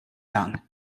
done